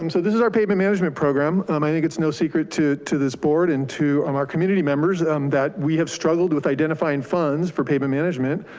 um so this is our pavement management program. um i think it's no secret to to this board and to um our community members um that we have struggled with identifying funds for pavement management,